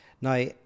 now